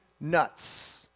nuts